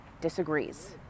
disagrees